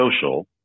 Social